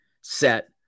set